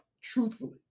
truthfully